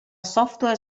software